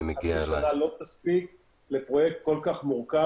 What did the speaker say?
חצי שנה לא תספיק לפרויקט כל כך מורכב